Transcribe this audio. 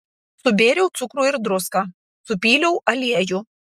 subėriau cukrų ir druską supyliau aliejų